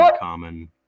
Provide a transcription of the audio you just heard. common